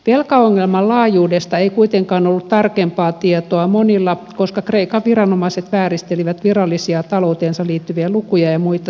velkaongelman laajuudesta ei kuitenkaan ollut tarkempaa tietoa monilla koska kreikan viranomaiset vääristelivät virallisia talouteensa liittyviä lukuja ja muita tietoja